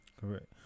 Correct